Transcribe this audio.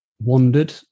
wandered